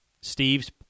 Steve's